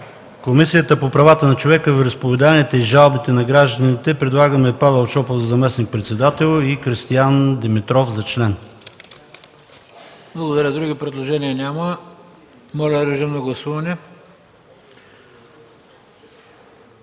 Комисията по правата на човека, вероизповеданията и жалбите на гражданите предлагаме Павел Шопов за заместник-председател и Кристиан Димитров за член.